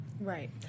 right